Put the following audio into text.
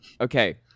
okay